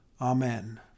Amen